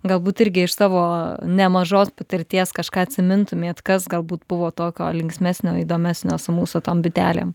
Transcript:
galbūt irgi iš savo nemažos patirties kažką atsimintumėt kas galbūt buvo tokio linksmesnio įdomesnio su mūsų tom bitelėm